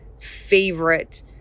favorite